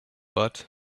but